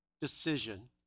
decision